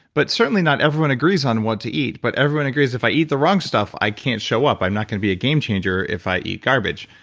but certainly not everyone agrees on what to eat. but everyone agrees if i eat the wrong stuff, i can't show up. i'm not going to be a game changer if i eat garbage.